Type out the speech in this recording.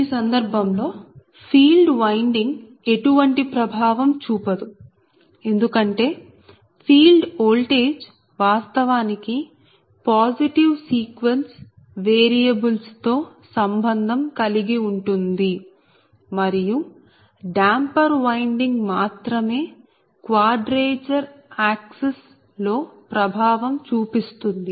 ఈ సందర్భంలో field winding ఎటువంటి ప్రభావం చూపదు ఎందుకంటే ఫీల్డ్ ఓల్టేజ్ వాస్తవానికి పాజిటివ్ సీక్వెన్స్ వేరియబుల్స్ తో సంబంధం కలిగి ఉంటుంది మరియు డాంపర్ వైండింగ్ మాత్రమే క్వాడ్రేచర్ quadrature చతుర్భుజం ఆక్సిస్axis అక్షం లో ప్రభావం చూపిస్తుంది